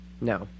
No